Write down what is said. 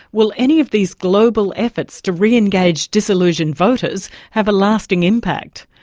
will any of these global efforts to re-engage disillusioned voters have a lasting impact?